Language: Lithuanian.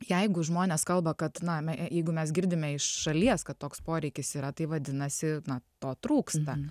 jeigu žmonės kalba kad na me jeigu mes girdime iš šalies kad toks poreikis yra tai vadinasi na to trūksta